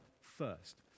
first